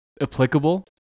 applicable